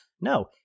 No